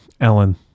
Ellen